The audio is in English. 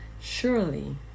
Surely